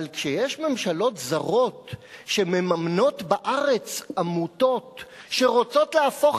אבל כשיש ממשלות זרות שמממנות בארץ עמותות שרוצות להפוך